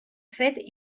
fet